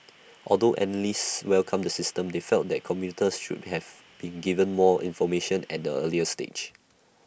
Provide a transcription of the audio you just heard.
although analysts welcomed the system they felt that commuters should have been given more information at the earlier stage